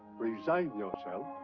resign yourself.